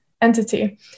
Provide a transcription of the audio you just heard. entity